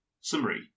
Summary